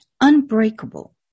unbreakable